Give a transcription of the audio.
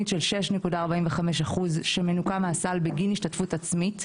של 6.45% שמנוכה מהסל בגין השתתפות עצמית,